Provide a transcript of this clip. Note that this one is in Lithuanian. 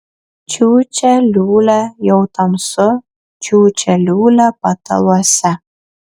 čiūčia liūlia jau tamsu čiūčia liūlia pataluose